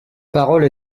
parole